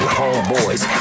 homeboys